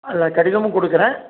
அதில் கடிதமும் கொடுக்கறேன்